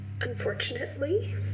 Unfortunately